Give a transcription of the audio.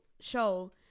show